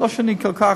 לא שאני כל כך,